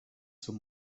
zur